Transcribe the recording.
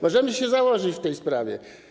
Możemy się założyć w tej sprawie.